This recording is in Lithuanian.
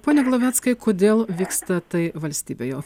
pone glaveckai kodėl vyksta tai valstybėje